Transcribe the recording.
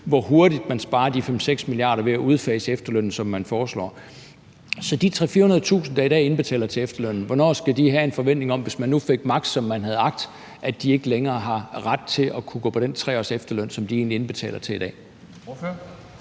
hvor hurtigt man sparer de 5-6 mia. kr. ved at udfase efterlønnen, som man foreslår. Hvornår skal de 300.000-400.000, der i dag indbetaler til efterlønnen, forvente, hvis Nye Borgerlige får magt, som de har agt, at de ikke længere har ret til at kunne gå på de 3 års efterløn, som de egentlig indbetaler til i dag?